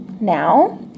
Now